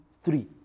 three